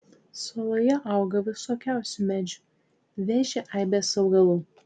saloje auga visokiausių medžių veši aibės augalų